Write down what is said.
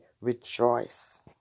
rejoice